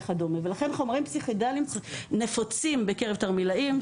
חומרים פסיכדליים נפוצים בקרב תרמילאים,